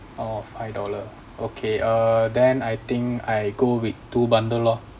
orh five dollar okay uh then I think I go with two bundle lor